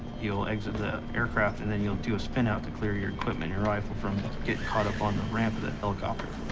you'll exit the aircraft, and then you'll do a spin-out to clear your equipment, your rifle, from getting caught up on the ramp of the helicopter.